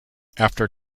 after